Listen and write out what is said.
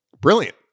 brilliant